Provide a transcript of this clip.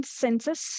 census